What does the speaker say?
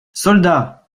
soldats